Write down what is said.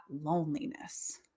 loneliness